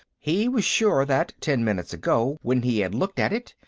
he was sure that, ten minutes ago, when he had looked at it,